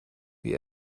wie